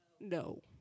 No